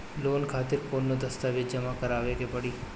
Loan खातिर कौनो दस्तावेज जमा करावे के पड़ी?